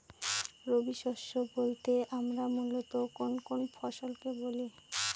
রবি শস্য বলতে আমরা মূলত কোন কোন ফসল কে বলি?